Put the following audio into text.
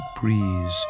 breeze